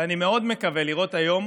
ואני מאוד מקווה לראות היום